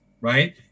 right